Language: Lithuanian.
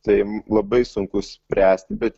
tai labai sunku spręsti bet